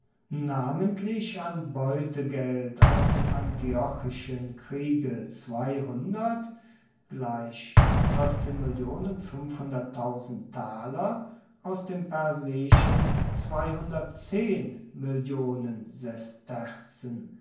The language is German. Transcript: namentlich an beutegeld aus dem antiochischen kriege aus dem perseischen